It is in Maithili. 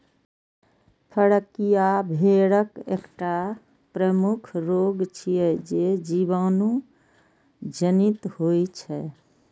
फड़कियां भेड़क एकटा प्रमुख रोग छियै, जे जीवाणु जनित होइ छै